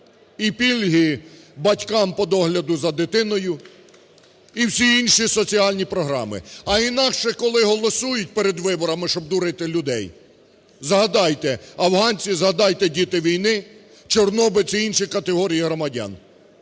і пільги батькам до догляду за дитиною, і всі інші соціальні програми. А інакше, коли голосують перед виборами, щоб дурити людей… Згадайте, афганці. Згадайте, діти війни, чорнобильці і інші категорії громадян.